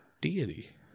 deity